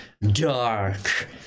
dark